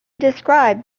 described